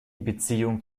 beziehung